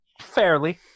Fairly